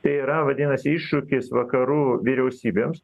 tai yra vadinasi iššūkis vakarų vyriausybėms